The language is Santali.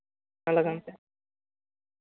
ᱛᱷᱚᱲᱟ ᱜᱟᱱ ᱛᱮ